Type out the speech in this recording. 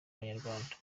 abanyarwanda